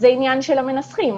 זה עניין של המנסחים.